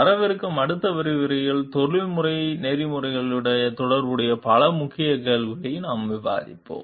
வரவிருக்கும் அடுத்த விரிவுரையில் தொழில்முறை நெறிமுறைகளுடன் தொடர்புடைய பல முக்கிய கேள்விகளை நாம் விவாதிப்போம்